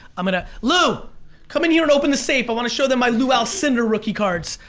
um and lou, come in here and open the safe! i wanna show them my lew alcindor rookie cards.